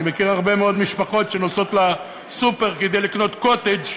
אני מכיר הרבה מאוד משפחות שנוסעות לסופר כדי לקנות קוטג'